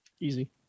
Easy